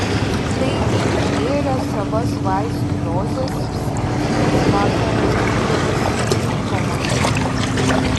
taigi išgėrę savas vaistų dozes psichai kas vakarą rinkdavosi į rūkomąjį